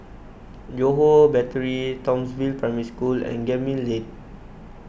Johore Battery Townsville Primary School and Gemmill Lane